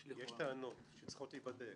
יש טענות שצריכות להיבדק,